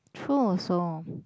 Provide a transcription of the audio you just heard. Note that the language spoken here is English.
true also